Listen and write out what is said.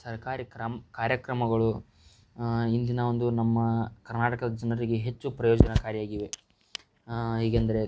ಸರ್ಕಾರಿ ಕ್ರಮ ಕಾರ್ಯಕ್ರಮಗಳು ಇಂದಿನ ಒಂದು ನಮ್ಮ ಕರ್ನಾಟಕದ ಜನರಿಗೆ ಹೆಚ್ಚು ಪ್ರಯೋಜನಕಾರಿಯಾಗಿವೆ ಹೇಗೆಂದರೆ